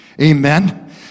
Amen